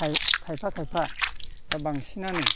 खायफा खायफा एबा बांसिनानो